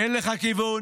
אין לך כיוון,